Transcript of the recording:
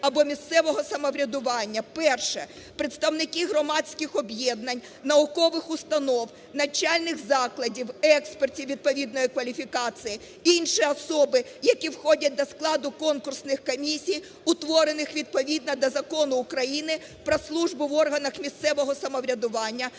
або місцевого самоврядування: перше – представники громадських об'єднань, наукових установ, навчальних закладів, експерти відповідної кваліфікації, інші особи, які входять до складу конкурсних комісії, утворених відповідно до Закону України "Про службу в органах місцевого самоврядування",